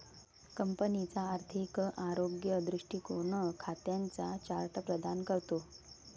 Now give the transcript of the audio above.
कंपनीचा आर्थिक आरोग्य दृष्टीकोन खात्यांचा चार्ट प्रदान करतो